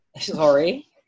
sorry